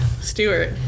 Stewart